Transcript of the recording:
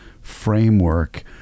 framework